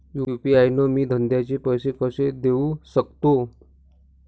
UPI न मी धंद्याचे पैसे कसे देऊ सकतो?